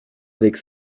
avec